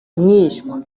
mwishywa